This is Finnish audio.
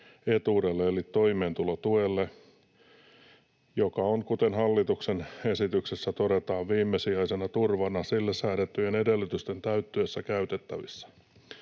vähimmäisetuudelle eli toimeentulotuelle, joka on, kuten hallituksen esityksessä todetaan, viimesijaisena turvana sille säädettyjen edellytysten täyttyessä käytettävissä.